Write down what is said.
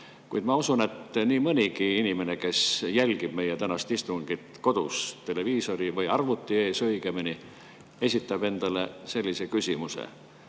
Kuid ma usun, et nii mõnigi inimene, kes jälgib meie tänast istungit kodus televiisori, õigemini arvuti ees, esitab endale sellise küsimuse,